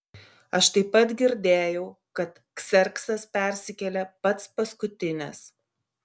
aš taip pat girdėjau kad kserksas persikėlė pats paskutinis